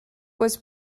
was